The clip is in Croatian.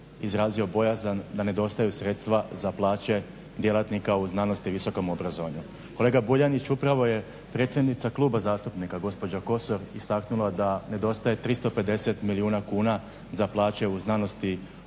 izrazio bojazan da nedostaju sredstva za plaće djelatnika u znanosti i visokom obrazovanju. Kolega Buljanić upravo je predsjednica kluba zastupnika, gospođa Kosor istaknula da nedostaje 350 milijuna kuna za plaće u znanosti